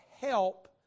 help